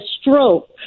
stroke